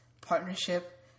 partnership